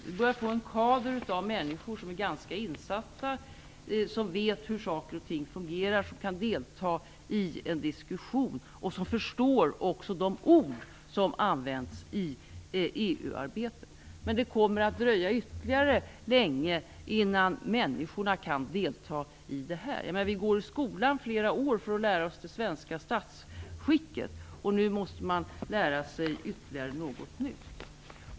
Vi börjar få en kader av människor som är ganska insatta, som vet hur saker och ting fungerar och kan delta i en diskussion och som också förstår de ord som används i EU arbetet. Men det kommer att dröja ytterligare lång tid innan människorna kan delta i detta. Vi går ju i skolan i flera år för att lära oss det svenska statsskicket och nu måste vi lära oss ytterligare något nytt.